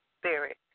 spirit